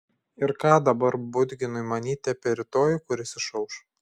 ir ką dabar budginui manyti apie rytojų kuris išauš